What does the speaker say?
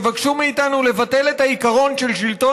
יבקשו מאיתנו לבטל את העיקרון של שלטון